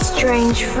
Strange